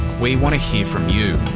we want to hear from you.